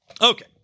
Okay